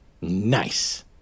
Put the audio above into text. Nice